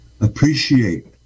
appreciate